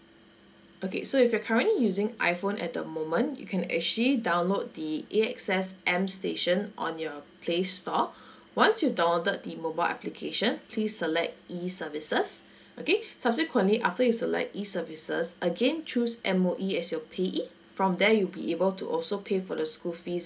okay so if you're currently using iphone at the moment you can actually download the A_X_S m station on your play store once you downloaded the mobile application please select e services okay subsequently after you select e services again choose M_O_E as your payee from there you'll be able to also pay for the school fees